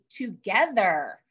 Together